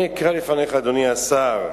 אני אקרא לפניך, אדוני השר: